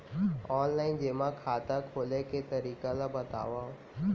Online जेमा खाता खोले के तरीका ल बतावव?